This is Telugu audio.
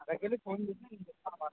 అక్కడికి వెళ్ళి ఫోన్ చేసినా నేను చెప్తాను